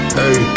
hey